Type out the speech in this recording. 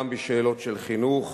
גם בשאלות של חינוך